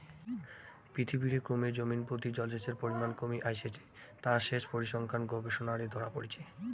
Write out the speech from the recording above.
পৃথিবীরে ক্রমে জমিনপ্রতি জলসেচের পরিমান কমি আইসেঠে তা সেচ পরিসংখ্যান গবেষণারে ধরা পড়িচে